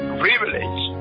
privilege